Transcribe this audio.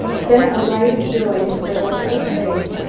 then a light of joy spread over his face.